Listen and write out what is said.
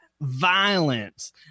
violence